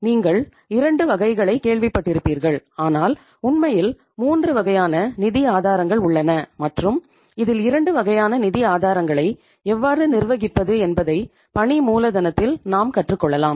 நீங்கள் இரண்டு வகைகளை கேள்விப்பட்டிருப்பீர்கள் ஆனால் உண்மையில் மூன்று வகையான நிதி ஆதாரங்கள் உள்ளன மற்றும் இதில் இரண்டு வகையான நிதி ஆதாரங்களை எவ்வாறு நிர்வகிப்பது என்பதை பணி மூலதனத்தில் நாம் கற்றுக்கொள்ளலாம்